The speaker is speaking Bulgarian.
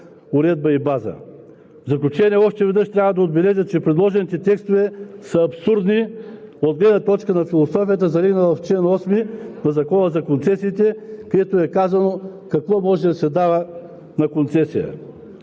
уредба и база. В заключение, още веднъж трябва да отбележа, че предложените текстове са абсурдни от гледна точка на философията, залегнала в чл. 8 на Закона за концесиите, където е казано какво може да се дава на концесия.